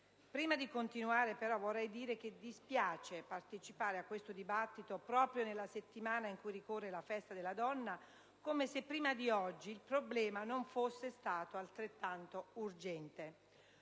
Prima di continuare voglio, però, evidenziare che dispiace affrontare questo dibattito proprio nella settimana in cui ricorre la festa della donna, come se prima di oggi il problema non fosse stato altrettanto urgente.